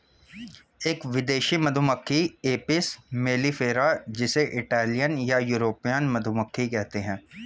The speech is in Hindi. एक विदेशी मधुमक्खी एपिस मेलिफेरा जिसे इटालियन या यूरोपियन मधुमक्खी कहते है